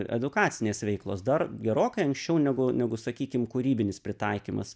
edukacinės veiklos dar gerokai anksčiau negu negu sakykim kūrybinis pritaikymas